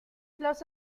los